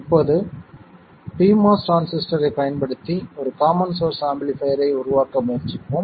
இப்போது pMOS டிரான்சிஸ்டரைப் பயன்படுத்தி ஒரு காமன் சோர்ஸ் ஆம்பிளிஃபைர்யை உருவாக்க முயற்சிப்போம்